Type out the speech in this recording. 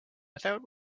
without